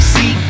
See